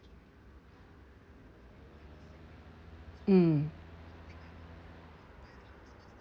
mm